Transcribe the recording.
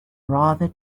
rather